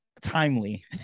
timely